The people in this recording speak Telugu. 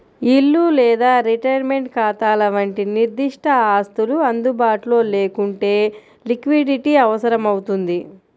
ఇల్లు లేదా రిటైర్మెంట్ ఖాతాల వంటి నిర్దిష్ట ఆస్తులు అందుబాటులో లేకుంటే లిక్విడిటీ అవసరమవుతుంది